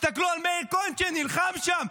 תסתכלו על מאיר כהן שנלחם שם.